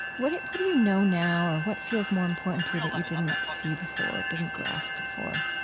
what do what do you know now or what feels more important to you that you didn't see before, didn't grasp before?